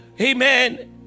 Amen